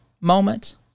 moment